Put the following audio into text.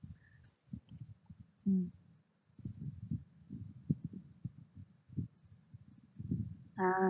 mm ah